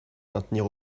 maintenir